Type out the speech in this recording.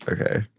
Okay